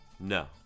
No